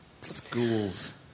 Schools